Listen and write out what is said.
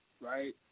right